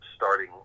Starting